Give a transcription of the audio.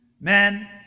Men